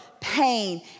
pain